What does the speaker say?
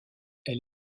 elle